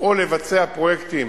או לבצע פרויקטים